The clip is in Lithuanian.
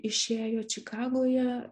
išėjo čikagoje